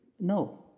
no